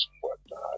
whatnot